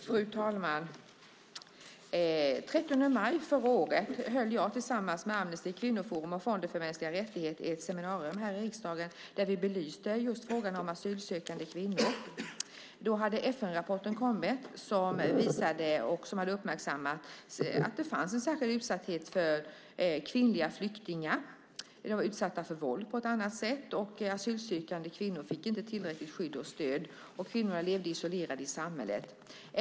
Fru talman! Den 30 maj förra året höll jag tillsammans med Amnesty, Kvinnoforum och Fonden för mänskliga rättigheter ett seminarium här i riksdagen, där vi belyste just frågan om asylsökande kvinnor. Då hade FN-rapporten kommit som hade uppmärksammat att det finns en särskild utsatthet hos kvinnliga flyktingar. De är utsatta för våld på ett annat sätt, och asylsökande kvinnor får inte tillräckligt skydd och stöd. Kvinnorna lever isolerade i samhället.